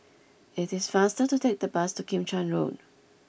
it is faster to take the bus to Kim Chuan Road